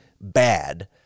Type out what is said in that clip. bad